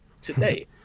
today